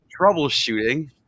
troubleshooting